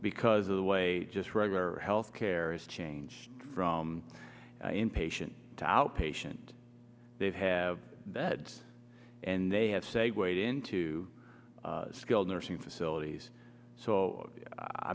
because of the way just regular health care is changed from patient to outpatient they have beds and they have segue into skilled nursing facilities so i